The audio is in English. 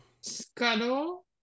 scuttle